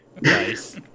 Nice